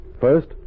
first